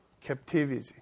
captivity